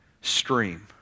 stream